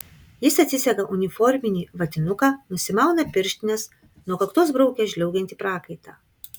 jis atsisega uniforminį vatinuką nusimauna pirštines nuo kaktos braukia žliaugiantį prakaitą